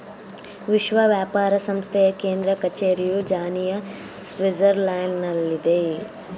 ವಿಶ್ವ ವ್ಯಾಪಾರ ಸಂಸ್ಥೆಯ ಕೇಂದ್ರ ಕಚೇರಿಯು ಜಿನಿಯಾ, ಸ್ವಿಟ್ಜರ್ಲ್ಯಾಂಡ್ನಲ್ಲಿದೆ